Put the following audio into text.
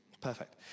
perfect